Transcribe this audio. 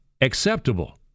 acceptable